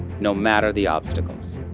no matter the obstacles.